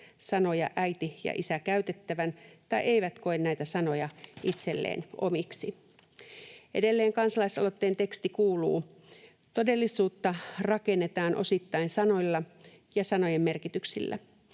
sanoja äiti ja isä käytettävän tai ei koe näitä sanoja itselleen omiksi.” Edelleen kansalaisaloitteen teksti kuuluu: ”Todellisuutta rakennetaan osittain sanoilla ja sanojen merkityksillä.